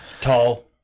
Tall